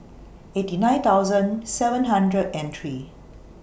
eighty nine thousand seven hundred and three